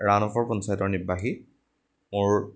run অফৰ পঞ্চায়তৰ নিবাসী মোৰ